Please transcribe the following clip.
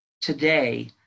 today